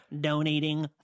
donating